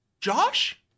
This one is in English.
Josh